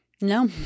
No